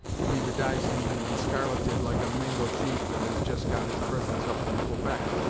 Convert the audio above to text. to be bedizened and bescarleted like a mingo chief that has just got his presents up from quebec?